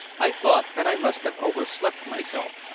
i thought that i must have overslept myself,